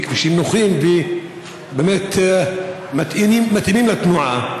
כבישים נוחים ובאמת מתאימים לתנועה.